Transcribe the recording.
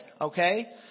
okay